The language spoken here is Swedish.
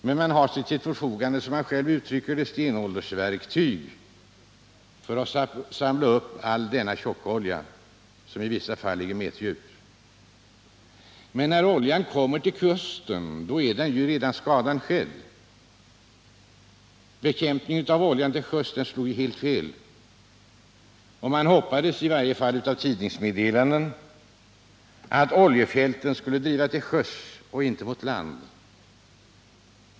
Men man har till sitt förfogande, som man själv uttrycker det, stenåldersverktyg för att samla upp den tjockolja som i vissa fall ligger meterdjup, och när oljan kommer till kusten är ju skadan redan skedd. Bekämpningen av oljan till sjöss slog helt fel. Man hoppades — i varje enligt tidningsmeddelanden - att oljefälten skulle driva till sjöss och inte mot land.